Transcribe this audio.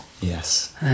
Yes